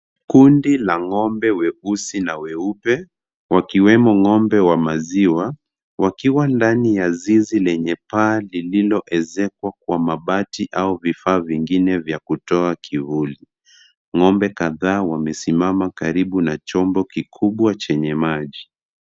Kundi la ng'ombe weusi na weupe wakiwemo ng'ombe wa maziwa, wakiwa ndani ya mzizi lenye paa lililoezekwa kwa mabati au vifaa vingine vya kutoa kivuli, ng'ombe kadhaa wamesimama karibu na chombo kikubwa chenye maji.